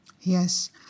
Yes